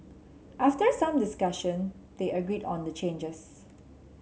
after some discussion they agreed on changes